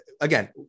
Again